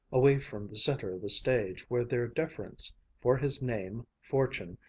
away from the center of the stage where their deference for his name, fortune,